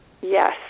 Yes